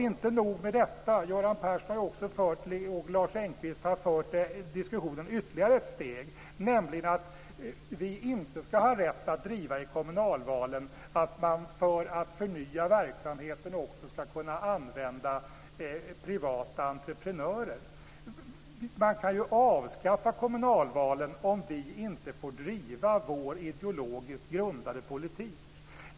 Inte nog med detta: Göran Persson och Lars Engqvist har också fört diskussionen ytterligare ett steg, nämligen att vi i kommunalvalen inte skulle ha rätt att driva att man för att förnya verksamheten också skall kunna använda privata entreprenörer. Man kan ju avskaffa kommunalvalen om vi inte får driva vår ideologiskt grundade politik!